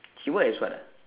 he work as what ah